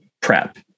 prep